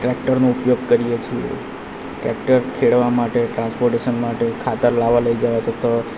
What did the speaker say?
ટ્રેક્ટરનો ઉપયોગ કરીએ છીએ ટ્રેક્ટર ખેડવા માટે ટ્રાન્સપોર્ટેશન માટે ખાતર લાવવા લઈ જવા તે તો